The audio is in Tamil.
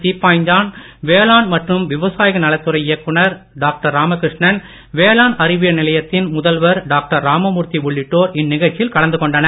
தீப்பாஞ்சான் வேளாண் மற்றும் விவசாயிகள் நலத்துறை இயக்குநர் டாக்டர் ராமகிருஷ்ணன் வேளாண் அறிவியல் நிலையத்தின் முதல்வர் டாக்டர் ராம்மூர்த்தி உள்ளிட்டோர் இந்நிகழ்ச்சியில் கலந்து கொண்டனர்